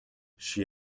she